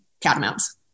Catamounts